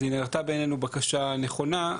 אז היא נראתה בעינינו בקשה נכונה,